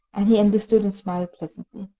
and he understood, and smiled pleasantly.